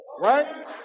right